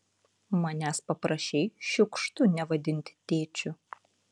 manęs paprašei šiukštu nevadinti tėčiu